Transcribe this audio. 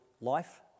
life